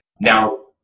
Now